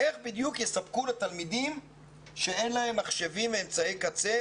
שבנגב זה בולט במיוחד - שצריך לספק להם מחשב כאשר אין להם אמצעי קצה